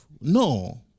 No